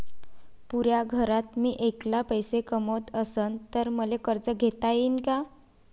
पुऱ्या घरात मी ऐकला पैसे कमवत असन तर मले कर्ज घेता येईन का?